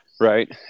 Right